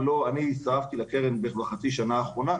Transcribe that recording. אני הצטרפתי לקרן בחצי השנה האחרונה.